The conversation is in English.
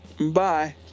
Bye